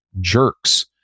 jerks